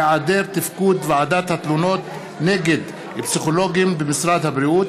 היעדר תפקוד ועדת התלונות נגד פסיכולוגים במשרד הבריאות.